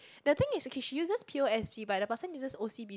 the thing is okay she uses P_O_S_B but the person uses O_C_B